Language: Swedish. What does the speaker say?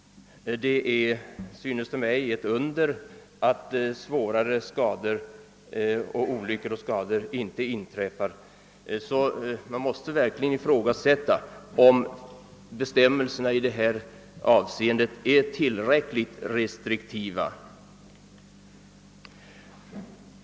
Det är, synes det mig, ett under att svårare olyckor och skador inte inträffade. Man måste verkligen ifrågasätta, om bestämmelserna som statsrå ”det åberopar i detta avseende är tillräckligt restriktiva.